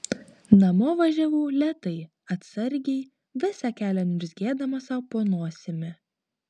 namo važiavau lėtai atsargiai visą kelią niurzgėdama sau po nosimi